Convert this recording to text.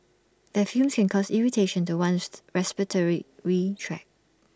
their fumes can cause irritation to one's respiratory retract